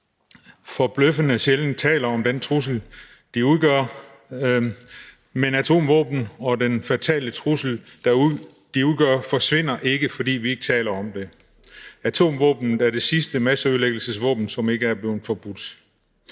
forbløffende sjældent taler om den trussel, de udgør, forsvinder atomvåben og den fatale trussel, de udgør, ikke. Atomvåben forsvinder ikke, fordi vi ikke taler om dem. Atomvåbenet er det sidste masseødelæggelsesvåben, som ikke er blevet forbudt.